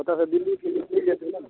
एतय सॅं दिल्ली तिल्ली नहि जेतै ने